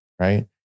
right